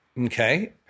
Okay